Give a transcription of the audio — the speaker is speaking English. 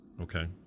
okay